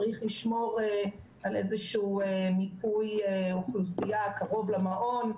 צריך לשמור על איזשהו מיפוי אוכלוסייה קרוב למעון.